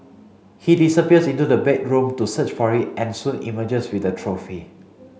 he disappears into the bedroom to search for it and soon emerges with the trophy